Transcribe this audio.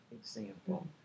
example